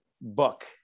book